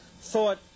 thought